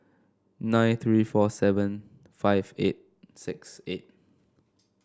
nine three four seven five eight six eight